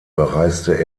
bereiste